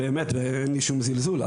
אין לי שום זילזול,